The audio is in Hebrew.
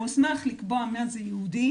הוא הוסמך לקבוע מה הוא יהודי,